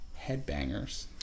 headbangers